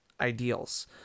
ideals